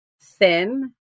thin